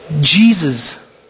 Jesus